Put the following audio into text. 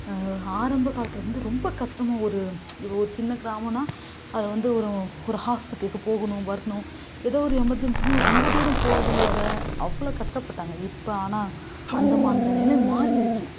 ஆரம்ப காலத்தில் வந்து ரொம்ப கஷ்டமாக ஒரு ஒரு சின்ன கிராமம்னா அதில் வந்து ஒரு ஒரு ஹாஸ்பிட்டலுக்கு போகணும் வரணும் எதோ ஒரு எமெர்ஜன்சினால் ரொம்ப தூரம் போக வர அவ்வளோ கஷ்டப்பட்டாங்க இப்போ ஆனால் அந்த மா அந்த நிலை மாறிருச்சு